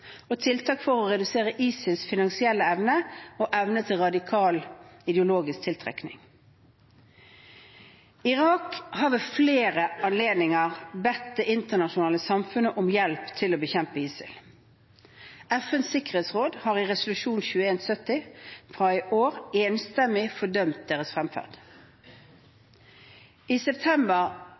og tiltak for å redusere ISILs finansielle evne og evne til radikal ideologisk tiltrekning. Irak har ved flere anledninger bedt det internasjonale samfunnet om hjelp til å bekjempe ISIL. FNs sikkerhetsråd har i resolusjon 2170 fra i år enstemmig fordømt deres fremferd. I september